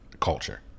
culture